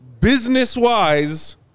business-wise